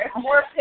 more